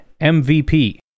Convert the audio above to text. MVP